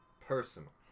personal